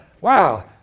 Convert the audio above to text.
wow